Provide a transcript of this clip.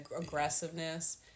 aggressiveness